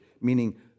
Meaning